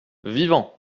vivants